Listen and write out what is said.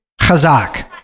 Chazak